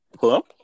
Hello